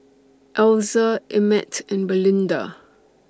Elza Emett and Belinda